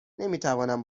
نمیتوانم